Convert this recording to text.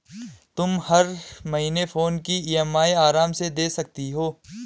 तुम हर महीने फोन की ई.एम.आई आराम से दे सकती हो